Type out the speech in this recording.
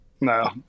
No